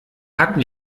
hatten